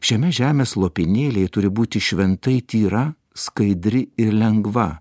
šiame žemės lopinėliai turi būti šventai tyra skaidri ir lengva